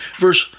verse